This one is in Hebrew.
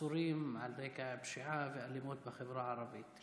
עצורים על רקע פשיעה ואלימות בחברה הערבית.